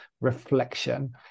reflection